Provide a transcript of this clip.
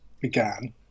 began